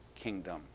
kingdom